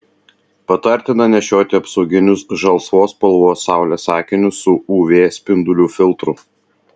patartina nešioti apsauginius žalsvos spalvos saulės akinius su uv spindulių filtru